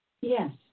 Yes